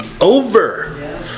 over